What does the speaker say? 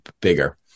bigger